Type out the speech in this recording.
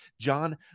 John